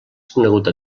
coneguda